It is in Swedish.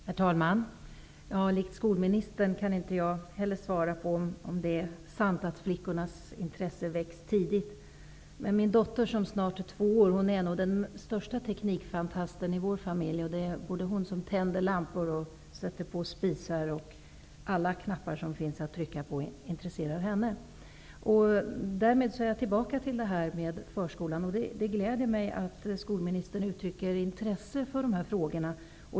Herr talman! Liksom skolministern kan jag inte säga om det är sant att flickornas intresse väcks tidigt. Men min dotter, som är snart två år, är den största teknikfantasten i vår familj. Det är hon som tänder lampor och sätter på spisen, och alla knappar som går att trycka på intresserar henne. Därmed är jag tillbaka till diskussionen om förskolan, och det gläder mig att skolministern uttrycker intresse för de här frågorna.